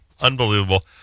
Unbelievable